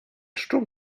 sturm